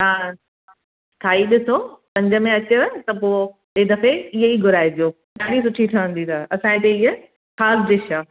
हा खाई ॾिसो समुझ में अचेव त पोइ ॿिएं दफ़े इहो ई घुराइजो ॾाढी सुठी ठहंदी अथव असांजे हिते ई ख़ासि डिश आहे